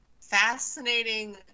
Fascinating